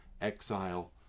exile